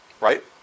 Right